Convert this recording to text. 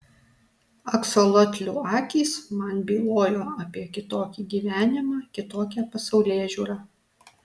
aksolotlių akys man bylojo apie kitokį gyvenimą kitokią pasaulėžiūrą